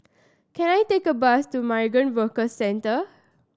can I take a bus to Migrant Worker Centre